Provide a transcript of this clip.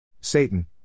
Satan